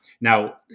Now